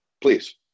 Please